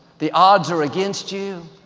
the odds are against you.